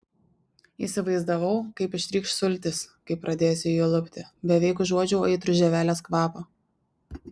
įsivaizdavau kaip ištrykš sultys kai pradėsiu jį lupti beveik užuodžiau aitrų žievelės kvapą